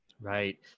Right